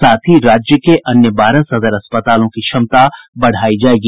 साथ ही राज्य के अन्य बारह सदर अस्पतालों की क्षमता बढ़ायी जायेगी